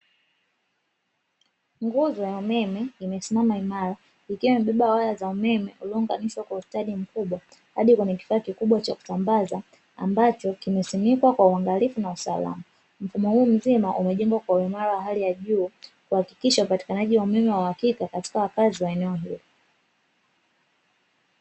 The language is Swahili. Nguzo za umeme zimesimama imara zikiwa zimebeba nyaya za umeme, iliyounganishwa kwa ustadi mkubwa hadi kwenye kifaa kikubwa cha kusambaza ambacho kimesimikwa kwa usalama. Mfumo huu umejengwa kwa uimara kuhakikisha upatikanaji wa umeme wa uhakika kwa wakazi wa eneo hilo.